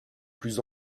plus